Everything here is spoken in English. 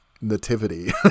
nativity